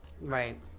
Right